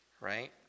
right